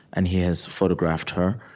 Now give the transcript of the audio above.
and he has photographed her.